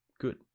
good